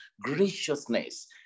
graciousness